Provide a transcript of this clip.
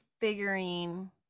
figuring